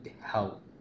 help